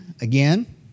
again